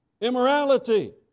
immorality